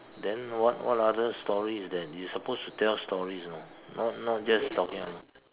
then what what other stories that you supposed to tell stories you know not not just talking about